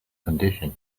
condition